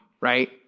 right